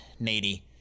Nadie